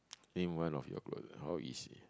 name one of your how easy